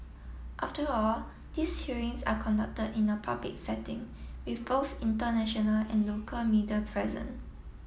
after all these hearings are conducted in a public setting with both international and local media present